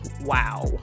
wow